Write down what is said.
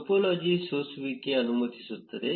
topology ಸೋಸುವಿಕೆ ಅನುಮತಿಸುತ್ತದೆ